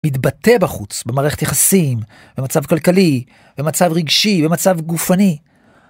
מתבטא בחוץ במערכת יחסים, במצב כלכלי, במצב רגשי, במצב גופני.